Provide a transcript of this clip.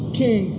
king